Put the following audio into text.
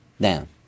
down